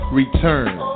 return